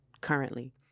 currently